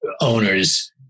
owner's